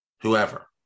whoever